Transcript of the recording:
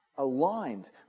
aligned